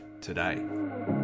today